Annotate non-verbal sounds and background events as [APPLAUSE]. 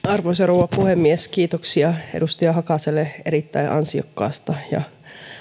[UNINTELLIGIBLE] arvoisa rouva puhemies kiitoksia edustaja hakaselle erittäin ansiokkaasta ja